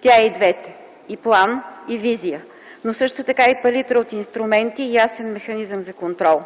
Тя е и двете – и план, и визия, но също така и палитра от инструменти, и ясен механизъм за контрол.